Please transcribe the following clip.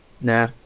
nah